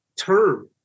term